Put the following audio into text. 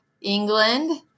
England